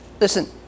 listen